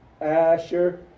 Asher